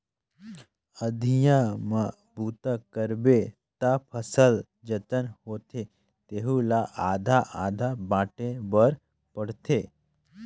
अधिया म बूता करबे त फसल जतना होथे तेहू ला आधा आधा बांटे बर पड़थे